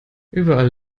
überall